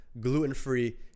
gluten-free